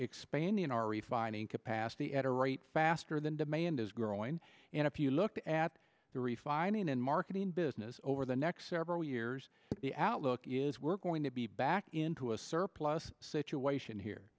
expanding our refining capacity at a rate faster than demand is growing and if you look at the refining and marketing business over the next several years the outlook is we're going to be back into a surplus situation here